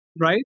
right